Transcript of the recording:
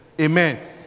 Amen